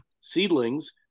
Seedlings